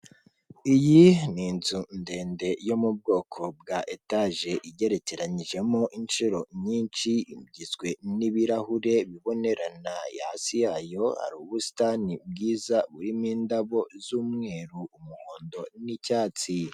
Iyi ni inzu ndende yo mu bwoko bwa etaje igerekeranyijemo inshuro nyinshi igizwe n'ibirahure bibonerana hasi yayo hari ubusitani bwiza burimo indabo z'umweru, umuhondo n'icyatsi.